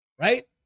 Right